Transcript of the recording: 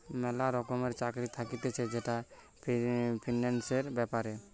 ম্যালা রকমের চাকরি থাকতিছে যেটা ফিন্যান্সের ব্যাপারে